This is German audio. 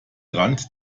rand